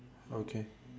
okay